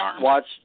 watch